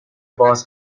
باز